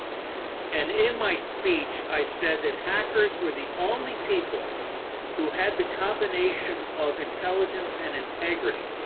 and in my speech i said that hackers were the only people who had the combination of intelligence and integrity